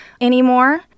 anymore